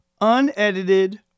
unedited